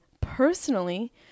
personally